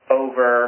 over